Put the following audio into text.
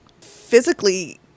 physically